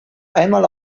einmal